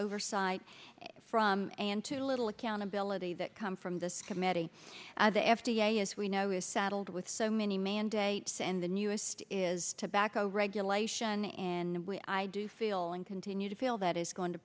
oversight from and too little accountability that come from this committee the f d a as we know is saddled with so many mandates and the newest is tobacco regulation and we i do feel and continue to feel that is going to